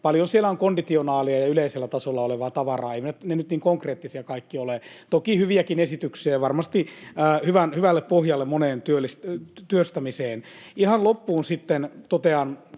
paljon siellä on konditionaalia ja yleisellä tasolla olevaa tavaraa. Eivät ne nyt niin konkreettisia kaikki ole. Toki on hyviäkin esityksiä, ja varmasti hyvä pohja moneen työstämiseen. Ihan loppuun sitten totean,